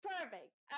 Perfect